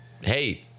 hey